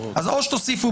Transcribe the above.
או שתוסיפו